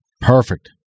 Perfect